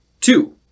Two